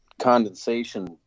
condensation